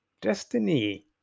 destiny